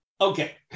Okay